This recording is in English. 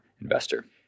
investor